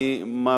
אגב,